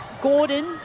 gordon